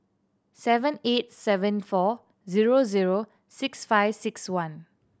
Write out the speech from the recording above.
seven eight seven four zero zero six five six one